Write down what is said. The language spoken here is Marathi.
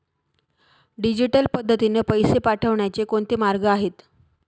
डिजिटल पद्धतीने पैसे पाठवण्याचे कोणते मार्ग आहेत?